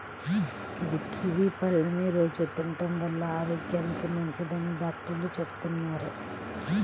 యీ కివీ పళ్ళని రోజూ తినడం వల్ల ఆరోగ్యానికి మంచిదని డాక్టర్లు చెబుతున్నారు